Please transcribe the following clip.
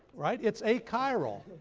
right? it's achiral.